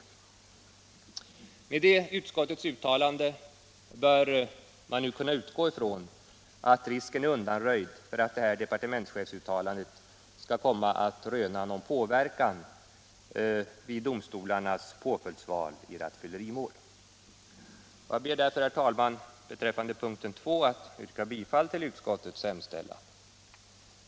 Med det utskottets uttalande bör man nu kunna utgå ifrån att risken är undanröjd för att detta departementschefsuttalande skall komma att röna någon påverkan för domstolarnas påföljdsval i rattfyllerimål. Jag ber därför, herr talman, att beträffande punkten 2 få yrka bifall till utskottets hemställan.